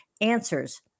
answers